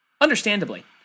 Understandably